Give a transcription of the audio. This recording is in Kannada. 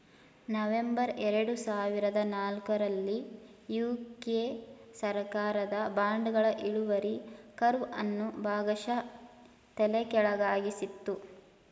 ನವೆಂಬರ್ ಎರಡು ಸಾವಿರದ ನಾಲ್ಕು ರಲ್ಲಿ ಯು.ಕೆ ಸರ್ಕಾರದ ಬಾಂಡ್ಗಳ ಇಳುವರಿ ಕರ್ವ್ ಅನ್ನು ಭಾಗಶಃ ತಲೆಕೆಳಗಾಗಿಸಿತ್ತು